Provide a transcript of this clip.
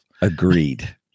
Agreed